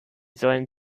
sollen